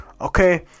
Okay